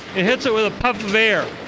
it hits it with a puff of air,